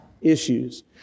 issues